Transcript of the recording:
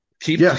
keep